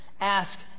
ask